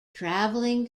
traveling